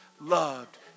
loved